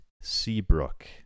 Seabrook